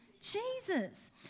Jesus